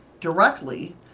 directly